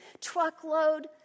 Truckload